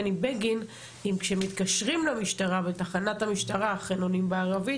בני בגין אם כשמתקשרים למשטרה בתחנת המשטרה אכן עונים בערבית.